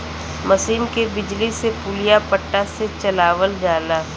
मसीन के बिजली से पुलिया पट्टा से चलावल जाला